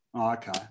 Okay